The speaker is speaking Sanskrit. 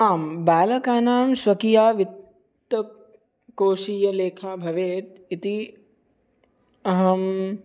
आं बालकानां स्वकीया वित्तकोषीयलेखा भवेत् इति अहम्